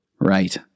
Right